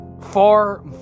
far